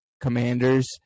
Commanders